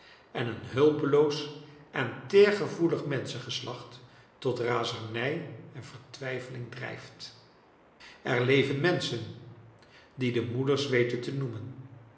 en een hulpeloos en teergevoelig menschengeslacht tot razernij en vertwijfeling drijft er leven menschen die de moeders weten te noemen